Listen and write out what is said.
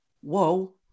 whoa